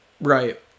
Right